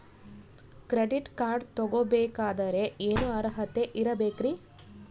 Credit card ತೊಗೋ ಬೇಕಾದರೆ ಏನು ಅರ್ಹತೆ ಇರಬೇಕ್ರಿ?